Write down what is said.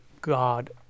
God